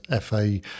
FA